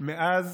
מאז